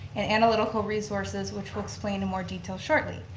and analytical resources which we'll explain in more detail shortly.